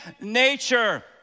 nature